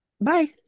Bye